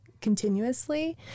continuously